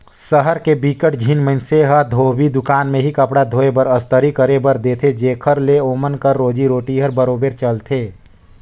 सहर के बिकट झिन मइनसे मन ह धोबी दुकान में ही कपड़ा धोए बर, अस्तरी करे बर देथे जेखर ले ओमन कर रोजी रोटी हर बरोबेर चलथे